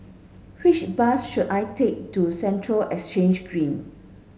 which bus should I take to Central Exchange Green